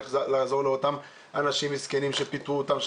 לעזור לאותם אנשים מסכנים שפיטרו אותם.